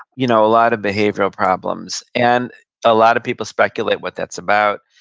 you know a lot of behavioral problems, and a lot of people speculate what that's about.